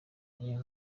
n’iyo